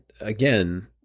again